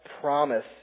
promise